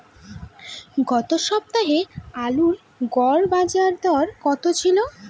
গত সপ্তাহে আলুর গড় বাজারদর কত ছিল?